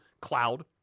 cloud